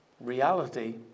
reality